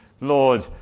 Lord